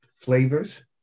flavors